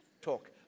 talk